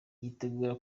yiteguye